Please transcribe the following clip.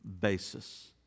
basis